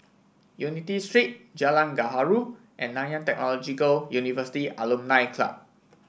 Unity Street Jalan Gaharu and Nanyang Technological University Alumni Club